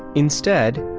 instead,